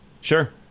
Sure